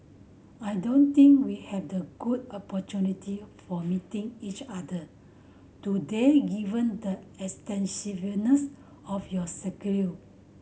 I don't think we had the good opportunity for meeting each other today given the extensiveness of your